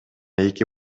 эки